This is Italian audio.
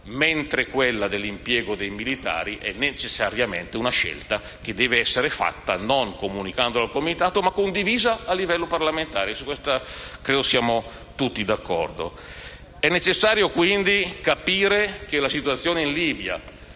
mentre quella dell'impiego dei militari è necessariamente una scelta che deve essere fatta non comunicandola al Comitato ma condividendola a livello parlamentare. E su questo credo siamo tutti d'accordo. È necessario, quindi, capire che la situazione in Libia,